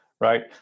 right